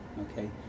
Okay